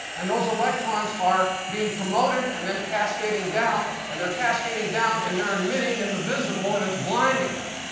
and those electrons are being promoted and then cascading down. and they're cascading down and they're emitting in the visible and it's blinding you.